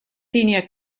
senior